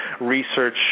research